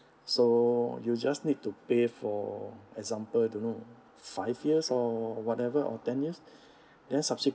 so you just need to pay for example don't know five years or whatever or ten years then subsequent